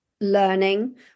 learning